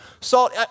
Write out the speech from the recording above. Salt